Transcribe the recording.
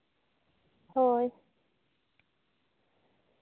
ᱦᱳᱭ